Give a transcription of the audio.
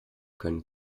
können